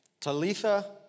Talitha